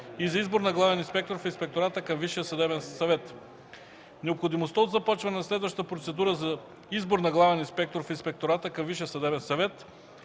и за избор на главен инспектор в Инспектората към Висшия съдебен съвет. Необходимостта от започване на следваща процедура за избор на главен инспектор в Инспектората към Висшия съдебен съвет